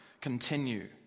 continue